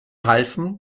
halfen